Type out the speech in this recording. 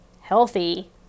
healthy